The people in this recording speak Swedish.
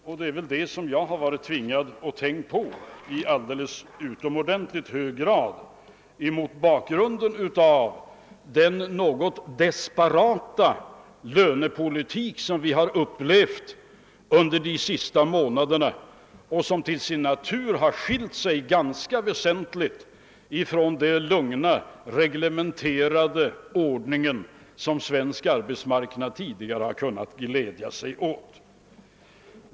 Och det är väl det som jag har varit tvingad att tänka på i alldeles utomordenligt hög grad mot bakgrunden av den något disparata lönepolitik som vi har upplevt under de senaste månaderna och som till sin natur har skilt sig ganska väsentligt från den lugna, reglementerade ordning som svensk arbetsmarknad tidigare har kunnat glädja sig åt.